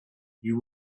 you